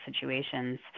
situations